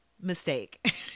mistake